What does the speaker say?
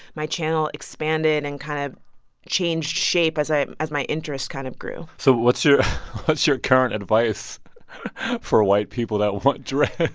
my channel expanded and kind of changed shape as i as my interest kind of grew so what's your what's your current advice for white people that want dreads?